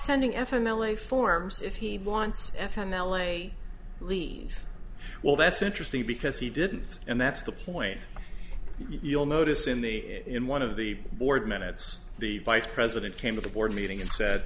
sending f m l a forms if he wants f m l a leave well that's interesting because he didn't and that's the point you'll notice in the in one of the board minutes the vice president came to the board meeting and said